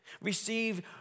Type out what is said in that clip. Receive